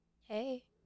Hey